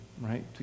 right